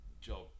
job